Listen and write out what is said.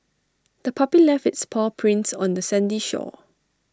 the puppy left its paw prints on the sandy shore